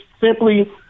simply –